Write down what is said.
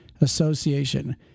Association